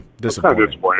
Disappointing